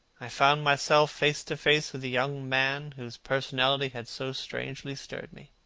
i found myself face to face with the young man whose personality had so strangely stirred me.